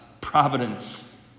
providence